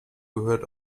gehört